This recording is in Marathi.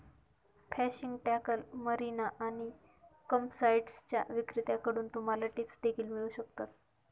फिशिंग टॅकल, मरीना आणि कॅम्पसाइट्सच्या विक्रेत्यांकडून तुम्हाला टिप्स देखील मिळू शकतात